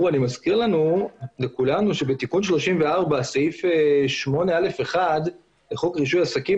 אני מזכיר לכולנו שבתיקון 34 סעיף 8(א)(1) בחוק רישוי עסקים,